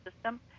system